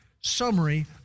summary